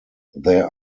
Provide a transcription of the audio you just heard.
there